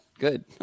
Good